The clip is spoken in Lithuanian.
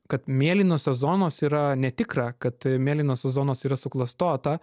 kad mėlynosios zonos yra netikra kad mėlynosios zonos yra suklastota